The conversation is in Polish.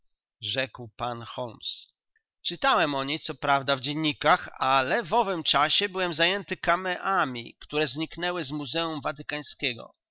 rzekł pan holmes czytałem o niej coprawda w dziennikach ale w owym czasie byłem zajęty kameami które zniknęły z muzeum